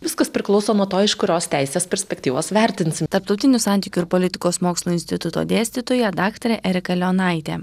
viskas priklauso nuo to iš kurios teisės perspektyvos vertinsim tarptautinių santykių ir politikos mokslų instituto dėstytoja daktarė erika leonaitė